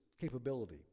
capability